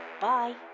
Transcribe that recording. Bye